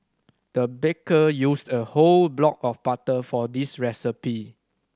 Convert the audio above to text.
the baker used a whole block of butter for this recipe